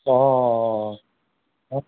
অঁ